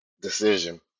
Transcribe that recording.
decision